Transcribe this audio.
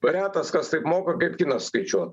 retas kas taip moka kaip kinas skaičiuot